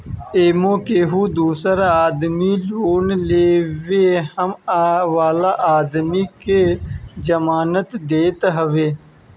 एमे केहू दूसर आदमी लोन लेवे वाला आदमी के जमानत देत हवे